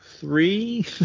three